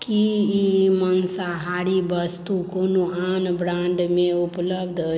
की ई माँसाहारी वस्तु कोनो आन ब्रांडमे उपलब्ध अइ